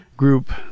Group